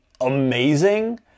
amazing